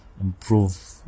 improve